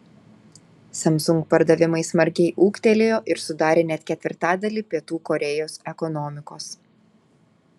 samsung pardavimai smarkiai ūgtelėjo ir sudarė net ketvirtadalį pietų korėjos ekonomikos